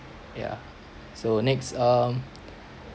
yeah so next um